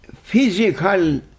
physical